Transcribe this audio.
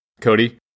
cody